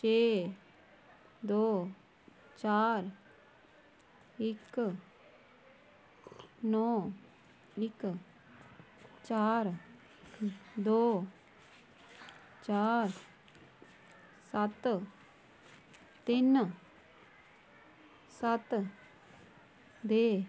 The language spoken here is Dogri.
छे दो चार इक नौ इक चार दो चार सत्त तिन सत्त दे